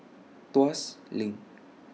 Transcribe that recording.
Tuas LINK